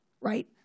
right